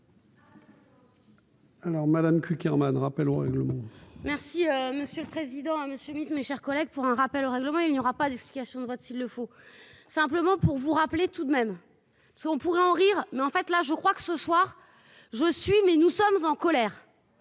Alors Madame Cukierman rappel au règlement. Merci monsieur le président, monsieur Miss, mes chers collègues, pour un rappel au règlement, il n'y aura pas d'explication de vote s'il le faut, simplement pour vous rappeler tout de même ce qu'on pourrait en rire, mais en fait, là je crois que ce soir je suis mais nous sommes en colère,